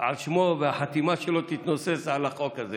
זה על שמו, והחתימה שלו תתנוסס על החוק הזה.